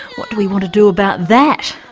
what do we want to do about that?